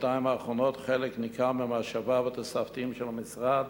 בשנתיים האחרונות חלק ניכר ממשאביו התוספתיים של המשרד